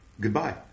goodbye